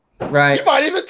Right